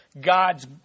God's